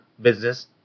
business